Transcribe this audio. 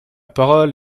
parole